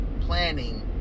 planning